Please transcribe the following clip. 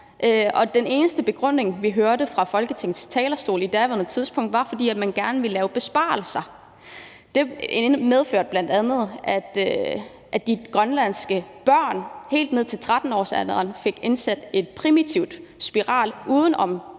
den eneste begrundelse, vi hørte fra Folketingets talerstol på daværende tidspunkt, var, at man gerne ville lave besparelser. Det medførte bl.a., at de grønlandske børn helt ned til 13-årsalderen fik indsat en primitiv spiral uden